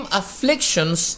afflictions